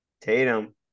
Tatum